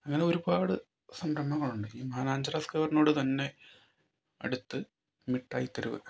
അങ്ങനെ ഒരുപാട് സംഘടനകളുണ്ട് ഈ മാനാഞ്ചിറ സ്ക്വയറിനോട് തന്നെ അടുത്ത് മിഠായിത്തെരുവ്